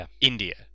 India